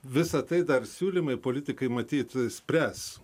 visa tai dar siūlymai politikai matyt spręs